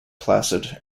placid